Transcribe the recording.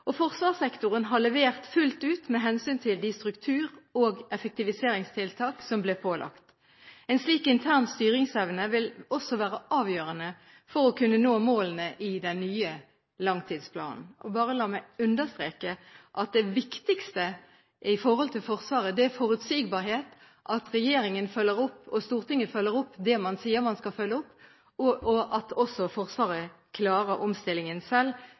og forsvarssektoren har levert fullt ut med hensyn til de struktur- og effektiviseringstiltak som ble pålagt dem. En slik intern styringsevne vil også være avgjørende for å kunne nå målene i den nye langtidsplanen. La meg bare understreke at det viktigste for Forsvaret er forutsigbarhet, at regjeringen og Stortinget følger opp det man sier man skal følge opp, og at også Forsvaret selv klarer omstillingen.